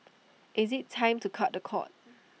is IT time to cut the cord